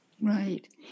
Right